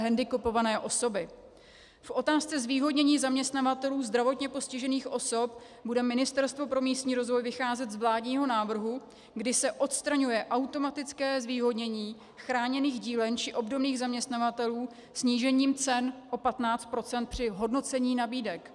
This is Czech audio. V otázce zvýhodnění zaměstnavatelů zdravotně postižených osob bude Ministerstvo pro místní rozvoj vycházet z vládního návrhu, kdy se odstraňuje automatické zvýhodnění chráněných dílen či obdobných zaměstnavatelů snížením cen o 15 % při hodnocení nabídek.